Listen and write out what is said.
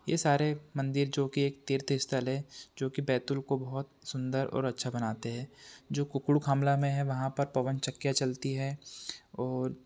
ये सारे मंदिर जो कि एक तीर्थस्थल है जो कि बैतूल को बहुत सुंदर और अच्छा बनाते हैं जो कुकड़ू खामला में है वहाँ पर पवन चक्कियाँ चलती हैं और